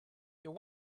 your